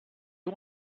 you